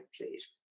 please